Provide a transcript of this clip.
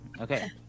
okay